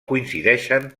coincideixen